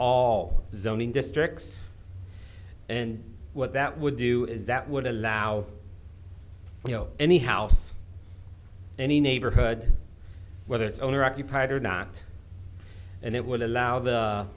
zoning districts and what that would do is that would allow you know any house any neighborhood whether its owner occupied or not and it would allow